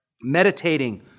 Meditating